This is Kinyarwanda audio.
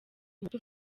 umuti